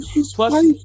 plus